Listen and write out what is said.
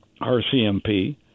RCMP